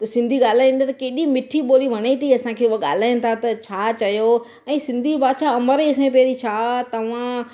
सिंधी ॻाल्हाईंदा त केॾी मिठी ॿोली वणे थी असांखे उहो ॻाल्हाइनि था त छा चयो ऐं सिंधी भाषा अमर ई असांजी पहिरीं छा तव्हां